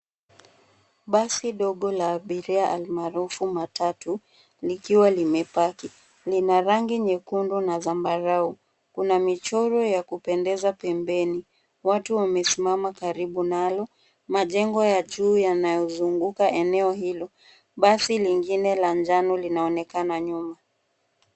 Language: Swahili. Basi ndogo la abiria almaarufu matatu likiwa limepaki. Lina rangi nyekundu na zambarau. Kuna michoro ya kupendeza pembeni. Watu wamesimama karibu nalo. Majengo ya juu yanayozunguka eneo hilo. Basi lingine la njano linaonekana nyuma.